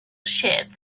ship